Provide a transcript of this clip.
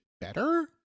better